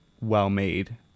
well-made